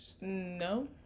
No